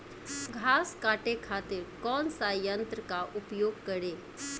घास काटे खातिर कौन सा यंत्र का उपयोग करें?